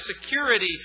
security